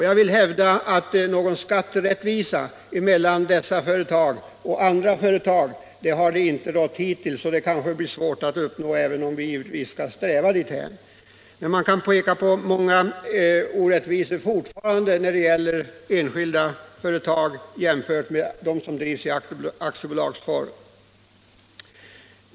Jag vill hävda att det hittills inte har rått någon skatterättvisa mellan dessa företag och andra företag. Sådan rättvisa blir det även i fortsättningen svårt att uppnå, även om vi skall sträva dithän. Många orättvisor drabbar fortfarande enskilda företag jämfört med företag som bedrivs i aktiebolagsform.